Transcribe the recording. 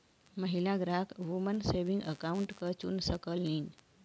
महिला ग्राहक woman saving account क चुन सकलीन